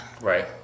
Right